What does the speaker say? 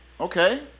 okay